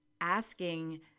asking